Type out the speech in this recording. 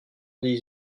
dix